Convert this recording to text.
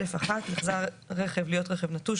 (א1)נחזה רכב להיות רכב נטוש,